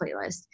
playlist